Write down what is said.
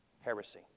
heresy